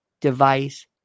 device